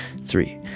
three